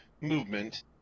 movement